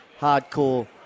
hardcore